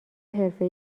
حرفه